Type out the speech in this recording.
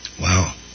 Wow